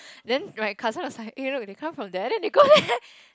then my cousin was like eh look they come from there then they go there